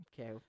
okay